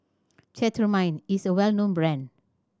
Cetrimide is a well known brand